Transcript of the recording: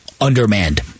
undermanned